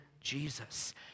Jesus